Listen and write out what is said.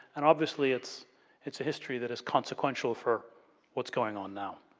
and obviously, it's it's a history that is consequential for what's going on now.